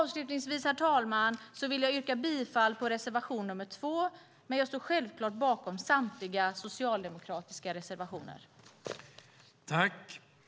Avslutningsvis yrkar jag bifall på reservation nr 2, men jag står självklart bakom samtliga socialdemokratiska reservationer. I detta anförande instämde Isak From .